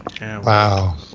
Wow